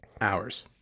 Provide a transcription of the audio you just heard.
Hours